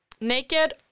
Naked